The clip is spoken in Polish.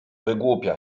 wygłupia